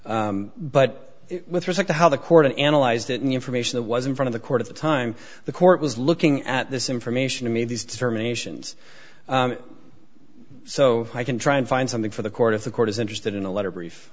but with respect to how the court analyzed it and the information that was in front of the court at the time the court was looking at this information to me these determinations so i can try and find something for the court of the court is interested in a letter brief